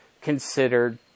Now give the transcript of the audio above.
considered